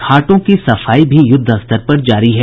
घाटों की सफाई भी युद्धस्तर पर जारी है